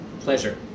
pleasure